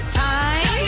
time